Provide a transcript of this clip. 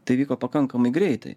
tai vyko pakankamai greitai